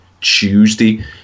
Tuesday